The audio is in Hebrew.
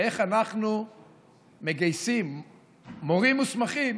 איך אנחנו מגייסים מורים מוסמכים